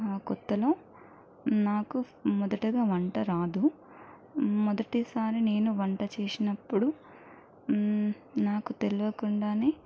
కొత్తలో నాకు మొదటగా వంట రాదు మొదటిసారి నేను వంట చేసినప్పుడు నాకు తెలియకుండానే